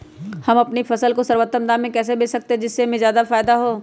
हम अपनी फसल को सर्वोत्तम दाम में कैसे बेच सकते हैं जिससे हमें फायदा हो?